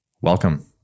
Welcome